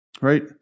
right